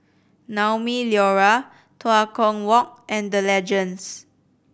Naumi Liora Tua Kong Walk and The Legends